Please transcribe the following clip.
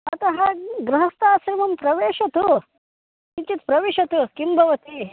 अतः ग्रहस्थाश्रमं प्रवेशतु किञ्चित् प्रविशतु किं भवति